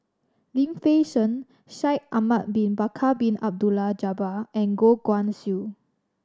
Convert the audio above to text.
Lim Fei Shen Shaikh Ahmad Bin Bakar Bin Abdullah Jabbar and Goh Guan Siew